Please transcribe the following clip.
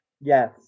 Yes